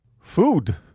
food